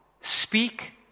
Speak